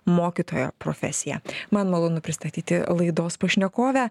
mokytojo profesiją man malonu pristatyti laidos pašnekovę